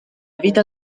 vita